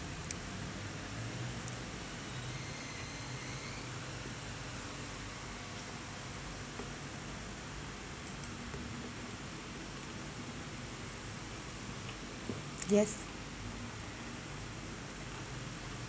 yes